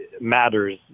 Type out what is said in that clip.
matters